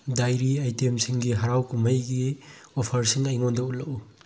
dairy ꯑꯥꯏꯇꯦꯝꯁꯤꯡꯒꯤ ꯍꯥꯔꯥꯎ ꯀꯨꯝꯍꯩꯒꯤ ꯑꯣꯐꯔꯁꯤꯡ ꯑꯩꯉꯣꯟꯗ ꯎꯠꯂꯛꯎ